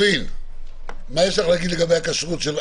דורין, מה יש לך להגיד לגבי הריכוזיות?